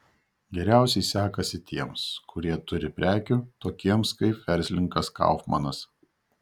geriausiai sekasi tiems kurie turi prekių tokiems kaip verslininkas kaufmanas